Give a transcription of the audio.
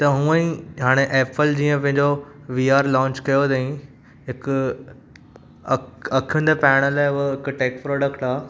त उहेई हाणे ऐपल जींअ पंहिंजो वी आर लॉन्च कयो तई हिकु अखनि ते पाईंण लाइ बि टेक प्रोडेक्ट आहे